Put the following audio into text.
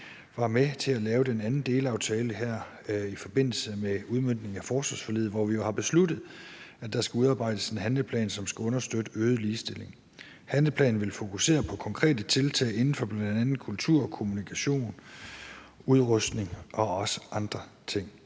var med til at lave den anden delaftale her i forbindelse med udmøntningen af forsvarsforliget, hvor vi jo har besluttet, at der skal udarbejdes en handleplan, som skal understøtte øget ligestilling. Handleplanen vil fokusere på konkrete tiltag inden for bl.a. kultur, kommunikation, udrustning og også andre ting.